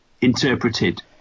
interpreted